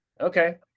okay